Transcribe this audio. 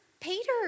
Peter